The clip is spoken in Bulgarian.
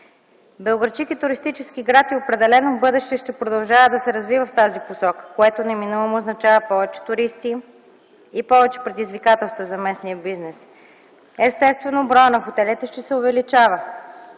Белоградчик е туристически град и определено в бъдеще ще продължава да се развива в тази посока, което неминуемо означава повече туристи и повече предизвикателства за местния бизнес. Естествено, броят на хотелите ще се увеличава.